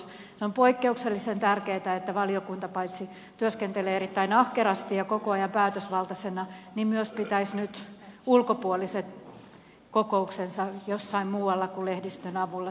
se on poikkeuksellisen tärkeätä että valiokunta paitsi työskentelee erittäin ahkerasti ja koko ajan päätösvaltaisena myös pitäisi nyt ulkopuoliset kokouksensa jossain muualla kuin lehdistön avulla